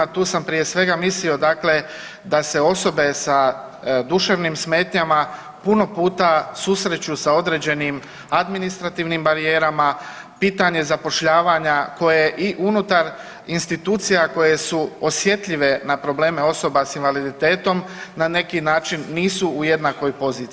Tu sam prije svega mislio, dakle da se osobe sa duševnim smetnjama puno puta susreću sa određenim administrativnim barijerama, pitanje zapošljavanja koje i unutar institucija koje su osjetljive na probleme osoba sa invaliditetom na neki način nisu u jednakoj poziciji.